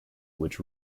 which